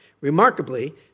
Remarkably